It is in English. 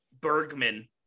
Bergman